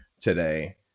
today